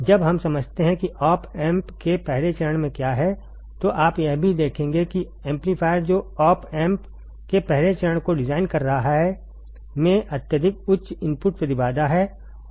इसलिए जब हम समझते हैं कि ऑप एम्प् के पहले चरण में क्या है तो आप यह भी देखेंगे कि एम्पलीफायर जो ऑप एम्प् के पहले चरण को डिजाइन कर रहा है में अत्यधिक उच्च इनपुट प्रतिबाधा है